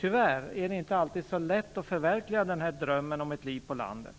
Tyvärr är det inte alltid så lätt att förverkliga drömmen om ett liv på landet.